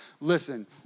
listen